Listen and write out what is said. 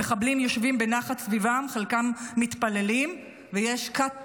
המחבלים יושבים בנחת סביבן, חלקם מתפללים, ויש קאט